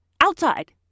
outside